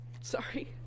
sorry